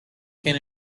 can